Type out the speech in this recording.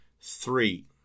Three